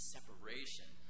separation